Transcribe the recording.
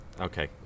Okay